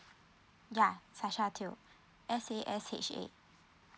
yeah sasha teoh S A S H A